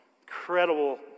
Incredible